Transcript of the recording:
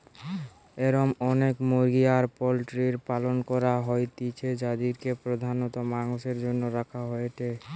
এরম অনেক মুরগি আর পোল্ট্রির পালন করা হইতিছে যাদিরকে প্রধানত মাংসের জন্য রাখা হয়েটে